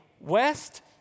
west